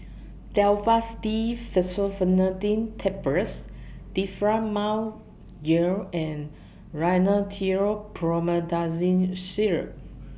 Telfast D Fexofenadine Tablets Difflam Mouth Gel and Rhinathiol Promethazine Syrup